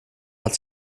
hat